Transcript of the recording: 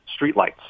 streetlights